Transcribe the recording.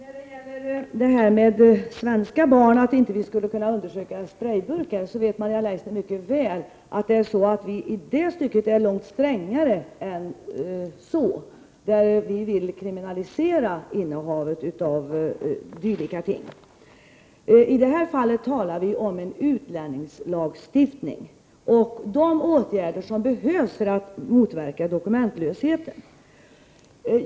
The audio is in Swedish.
Fru talman! När det gäller svenska barn som misstänks ha sprayburkar i sina fickor vet Maria Leissner mycket väl att vii det stycket är långt strängare; vi vill kriminalisera innehavet av dylika ting. I det här fallet talar vi om en utlänningslagstiftning och de åtgärder som behövs för att motverka dokumentlösheten.